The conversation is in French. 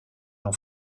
l’on